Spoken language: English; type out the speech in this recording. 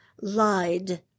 lied